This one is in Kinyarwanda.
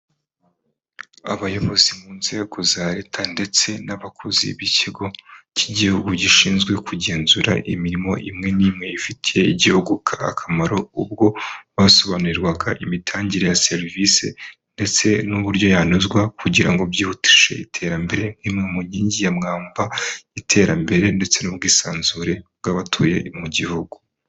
Abayobozi mu nzego za leta ndetse n'abakozi b'ikigo cy'igihugu gishinzwe kugenzura imirimo imwe n'imwe ifitiye igihugu akamaro, ubwo basobanurirwaga imitangire ya serivise ndetse n'uburyo yanozwa kugira ngo byihutishe iterambere, imwe mu nkingi ya mwamba, iterambere ndetse n'ubwisanzure bw'abatuye mu gihugu.